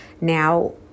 now